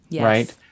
right